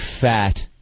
fat